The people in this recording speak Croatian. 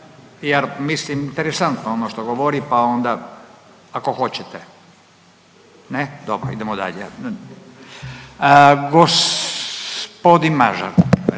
jer mislim interesantno ono što govori, pa onda ako hoćete ne, dobro, idemo dalje. Gospodin Mažar